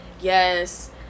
yes